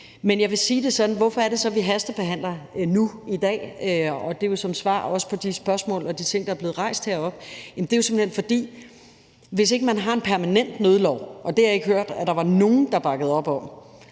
Jeg vil sige det sådan: Hvorfor er det så vi hastebehandler nu i dag? Og mit svar vil også være svar på de spørgsmål og de ting, der er blevet rejst heroppe. Det er jo simpelt hen sådan, at hvis man ikke har en permanent nødlov – og det har jeg ikke hørt, at der var nogen der bakkede op om,